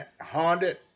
haunted